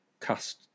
cast